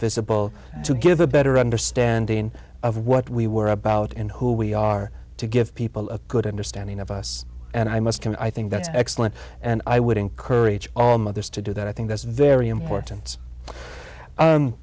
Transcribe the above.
visible to give a better understanding of what we were about and who we are to give people a good understanding of us and i must and i think that's excellent and i would encourage all mothers to do that i think that's very important